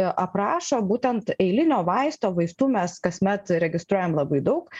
aprašo būtent eilinio vaisto vaistų mes kasmet registruojam labai daug